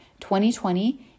2020